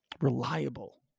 reliable